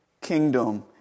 kingdom